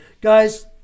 Guys